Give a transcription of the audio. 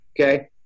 Okay